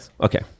Okay